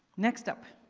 next up.